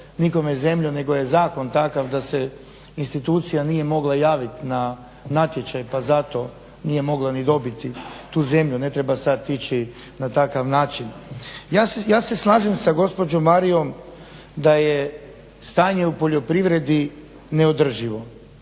nikom zemlju nego je zakon takav da se institucija nije mogla javit na natječaj pa zato nije mogla ni dobiti tu zemlju. Ne treba sad ići na takav način. Ja se slažem sa gospođom Marijom da je stanje u poljoprivredi neodrživo,